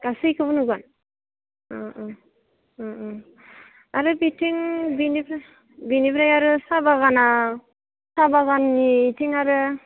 गासैखौबो नुगोन अ अ आरो बेथिं बेनिफ्राय आरो साहा बागाननिथिं आरो